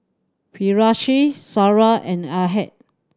Firash Sarah and Ahad